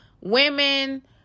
women